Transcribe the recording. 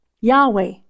Yahweh